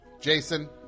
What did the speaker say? Jason